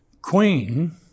queen